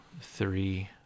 three